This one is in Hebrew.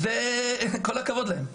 כל הכבוד להם,